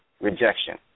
rejection